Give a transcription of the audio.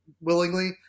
willingly